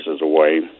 away